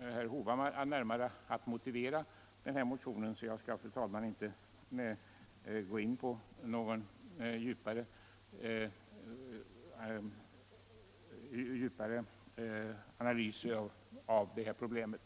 Herr Hovhammar kommer att närmare motivera motionen. Jag skall därför inte gå in på någon djupare analys av detta problem.